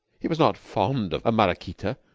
he was not fond of maraquita,